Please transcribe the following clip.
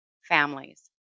families